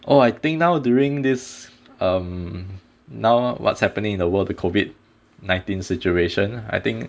oh I think now during this um now what's happening in the world the COVID nineteen situation I think